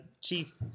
Chief